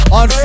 on